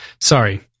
sorry